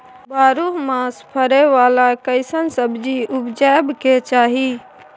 बारहो मास फरै बाला कैसन सब्जी उपजैब के चाही?